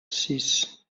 sis